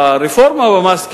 הרפורמה במס,